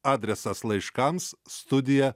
adresas laiškams studija